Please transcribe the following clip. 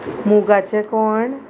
मुगाचे कोण